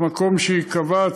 למקום שייקבע,